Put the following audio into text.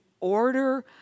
order